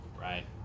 right